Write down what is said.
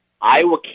Iowa